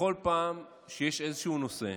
בכל פעם שיש איזשהו נושא,